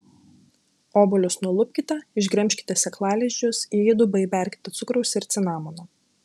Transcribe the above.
obuolius nulupkite išgremžkite sėklalizdžius į įdubą įberkite cukraus ir cinamono